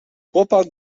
chłopak